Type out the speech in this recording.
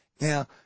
Now